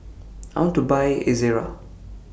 I want to Buy Ezerra